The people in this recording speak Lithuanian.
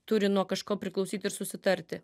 turi nuo kažko priklausyt ir susitarti